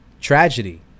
tragedy